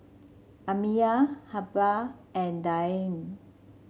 Amiyah Hubbard and Dianne